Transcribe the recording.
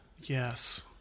Yes